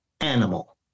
animal